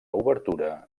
obertura